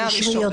מהראשון.